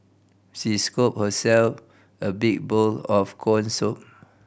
she scooped herself a big bowl of corn soup